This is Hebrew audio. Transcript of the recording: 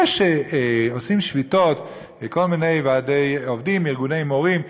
זה שעושים שביתות כל מיני ועדי עובדים וארגוני מורים,